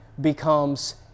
becomes